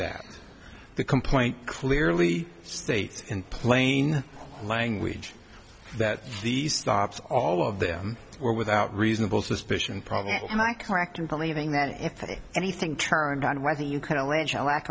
that the complaint clearly states in plain language that the stops all of them were without reasonable suspicion probably my correct in believing that if anything turned on whether you kind of range or lack